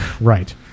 Right